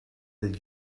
that